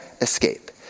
escape